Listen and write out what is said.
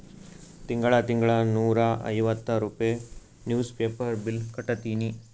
ತಿಂಗಳಾ ತಿಂಗಳಾ ನೂರಾ ಐವತ್ತ ರೂಪೆ ನಿವ್ಸ್ ಪೇಪರ್ ಬಿಲ್ ಕಟ್ಟತ್ತಿನಿ